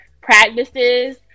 practices